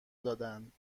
دادند